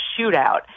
shootout